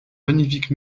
magnifique